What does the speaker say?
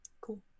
Cool